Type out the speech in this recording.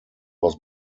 was